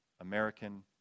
American